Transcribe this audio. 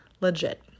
legit